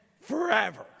forever